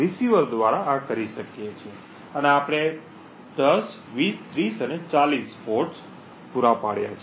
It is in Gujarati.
receiver' દ્વારા આ કરી શકીએ છીએ અને આપણે 10 20 30 અને 40 પોર્ટ પૂરા પાડ્યા છે